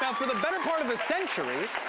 yeah for the better part of a century,